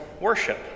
worship